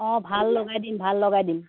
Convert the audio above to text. অঁ ভাল লগাই দিম ভাল লগাই দিম